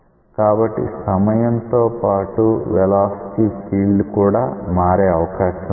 కాబట్టి సమయంతో పాటు వెలాసిటీ ఫీల్డ్ కూడా మారే అవకాశం ఉంది